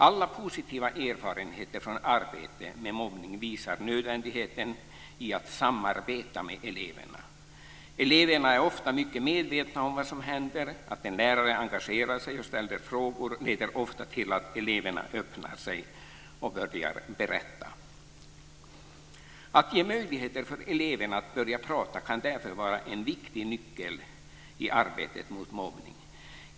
Alla positiva erfarenheter från arbete mot mobbning visar nödvändigheten i att samarbeta med eleverna. Eleverna är ofta mycket medvetna om vad som händer. Att en lärare engagerar sig och ställer frågor leder ofta till att eleverna öppnar sig och börjar berätta. Att ge möjligheter för eleverna att börja prata kan därför vara en viktig nyckel i arbetet mot mobbning.